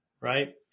right